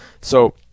So-